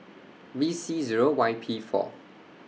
B C Zero Y P four